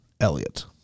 Elliot